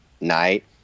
night